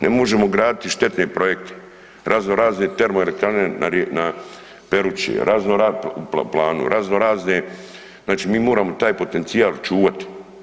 Ne možemo graditi štetne projekte, razno razne termoelektrane na Peruči po planu, razno razne, znači mi moramo taj potencijal čuvati.